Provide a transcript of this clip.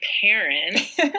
parents